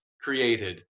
created